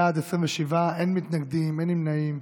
בעד, 27, אין מתנגדים, אין נמנעים.